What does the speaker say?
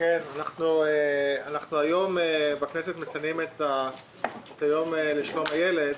אנחנו מציינים היום בכנסת את יום שלום הילד.